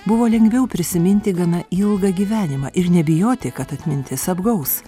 buvo lengviau prisiminti gana ilgą gyvenimą ir nebijoti kad atmintis apgaus